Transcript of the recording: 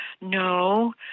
no